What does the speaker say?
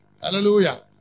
Hallelujah